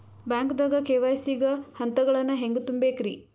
ಬ್ಯಾಂಕ್ದಾಗ ಕೆ.ವೈ.ಸಿ ಗ ಹಂತಗಳನ್ನ ಹೆಂಗ್ ತುಂಬೇಕ್ರಿ?